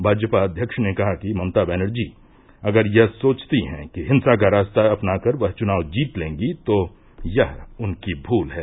भाजपा अध्यक्ष ने कहा कि ममता बनर्जी अगर यह सोचती हैं कि हिंसा का रास्ता अपना कर वह चुनाव जीत लेंगी तो यह उनकी भूल है